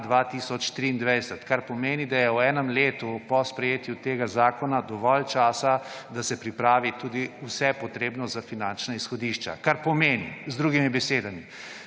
2023. Kar pomeni, da je v enem letu po sprejetju tega zakona dovolj časa, da se pripravi tudi vse potrebno za finančna izhodišča. Kar pomeni, z drugimi besedami,